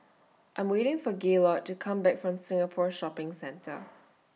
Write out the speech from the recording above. I Am waiting For Gaylord to Come Back from Singapore Shopping Centre